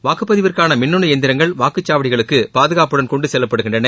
வாக்குப்பதிவுக்கானமின்னனுளந்திரங்கள் வாக்குச்சாவடிகளுக்குபாதுகாப்புடன் கொண்டுசெல்லப்படுகின்றன